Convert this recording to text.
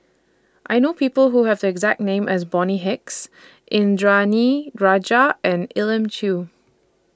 I know People Who Have The exact name as Bonny Hicks Indranee Rajah and Elim Chew